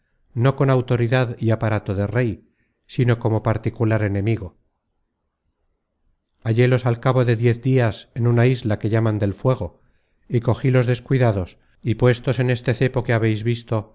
no con autoridad y aparato de rey sino como particular enemigo hallélos á cabo de diez dias en una isla que llaman del fuego y cogilos descuidados y puestos en ese cepo que habreis visto